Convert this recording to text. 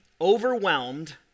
overwhelmed